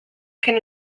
can